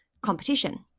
competition